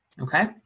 okay